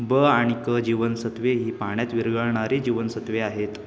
ब आणि क जीवनसत्त्वे ही पाण्यात विरघळणारी जीवनसत्त्वे आहेत